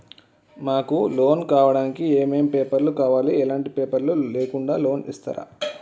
మాకు లోన్ కావడానికి ఏమేం పేపర్లు కావాలి ఎలాంటి పేపర్లు లేకుండా లోన్ ఇస్తరా?